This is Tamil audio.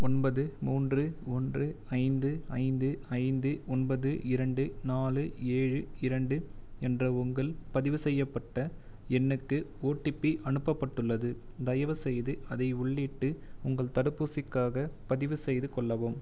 ஒன்பது மூன்று ஒன்று ஐந்து ஐந்து ஐந்து ஒன்பது இரண்டு நாலு ஏழு இரண்டு என்ற உங்கள் பதிவு செய்யப்பட்ட எண்ணுக்கு ஓடிபி அனுப்பப்பட்டுள்ளது தயவுசெய்து அதை உள்ளிட்டு உங்கள் தடுப்பூசிக்காகப் பதிவுசெய்து கொள்ளவும்